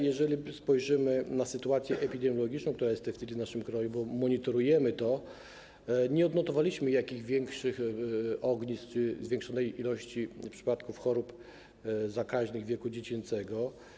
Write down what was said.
Jeżeli spojrzymy na sytuację epidemiologiczną, która jest w tej chwili w naszym kraju, bo monitorujemy to, to nie odnotowaliśmy jakichś większych ognisk czy zwiększonej liczby przypadków chorób zakaźnych wieku dziecięcego.